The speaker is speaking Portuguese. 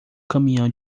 caminhão